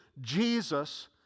Jesus